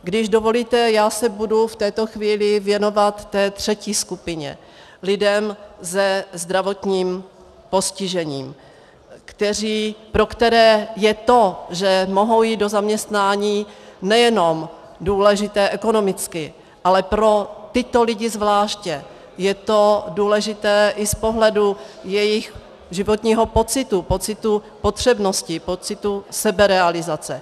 Když dovolíte, já se budu v této chvíli věnovat té třetí skupině, lidem se zdravotním postižením, pro které je to, že mohou jít do zaměstnání, nejenom důležité ekonomicky, ale pro tyto lidi zvláště je to důležité i z pohledu jejich životního pocitu, pocitu potřebnosti, pocitu seberealizace.